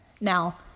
now